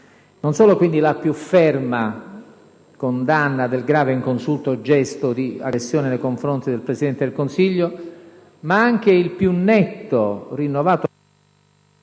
Non solo, quindi, «la più ferma condanna del grave e inconsulto gesto di aggressione nei confronti del Presidente del Consiglio», ma anche «il più netto, rinnovato